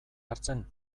hartzen